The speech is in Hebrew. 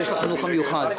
אין לנו את זה מול עינינו.